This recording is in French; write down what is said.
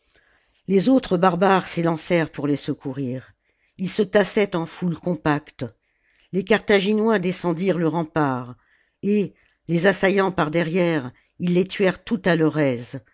les autres barbares s'élancèrent pour les secourir ils se tassaient en foule compacte les carthaginois descendirent le rempart et les assaillant par derrière ils les tuèrent tout à leur aise